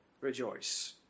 rejoice